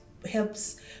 helps